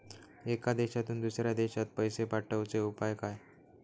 एका देशातून दुसऱ्या देशात पैसे पाठवचे उपाय काय?